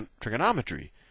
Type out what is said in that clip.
trigonometry